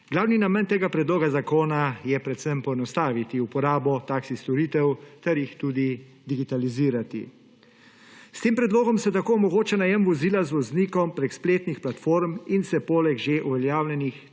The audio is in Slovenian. Glavni namen tega predloga zakona je predvsem poenostaviti uporabo taksi storitev ter jih tudi digitalizirati. S tem predlogom se tako omogoča najem vozila z voznikom preko spletnih platform in se poleg že uveljavljenih